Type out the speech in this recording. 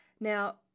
Now